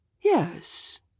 Yes